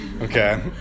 Okay